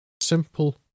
simple